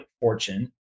fortune